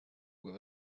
with